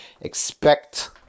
expect